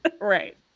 Right